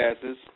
passes